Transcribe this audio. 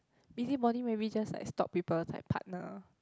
busybody maybe just like stalk people's like partner